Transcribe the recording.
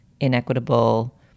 inequitable